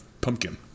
pumpkin